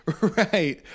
Right